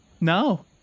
No